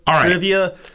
trivia